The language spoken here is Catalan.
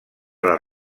les